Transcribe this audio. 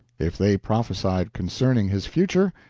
if they prophesied concerning his future,